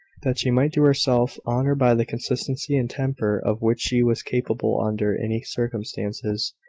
that she might do herself honour by the consistency and temper, of which she was capable under any circumstances,